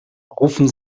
rufen